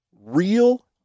real